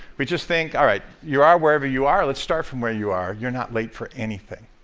we just think, alright, you are whatever you are. let's start from where you are. you're not late for anything.